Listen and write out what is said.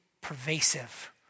pervasive